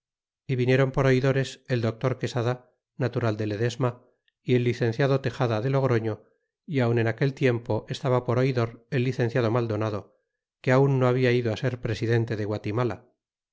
y viniron por oidores el doctor quesada natural de ledesma y el licenciado tejada de logroño y aun en aquel tiempo estaba por oidor el licenciado maldonado que aun no habla ido ser presidente de guatirnala